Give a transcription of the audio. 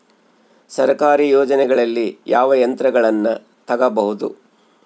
ಸರ್ಕಾರಿ ಯೋಜನೆಗಳಲ್ಲಿ ಯಾವ ಯಂತ್ರಗಳನ್ನ ತಗಬಹುದು?